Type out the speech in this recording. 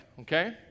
okay